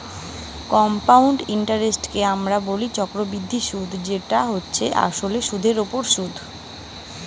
compound ইন্টারেস্টকে আমরা বলি চক্রবৃদ্ধি সুধ যেটা হচ্ছে আসলে সুধের ওপর সুধ